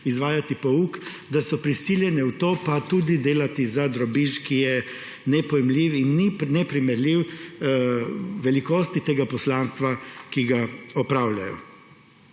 izvajati pouk, da so prisiljeni v to in tudi delati za drobiž, ki je nepojmljiv in neprimerljiv velikosti tega poslanstva, ki ga opravljajo.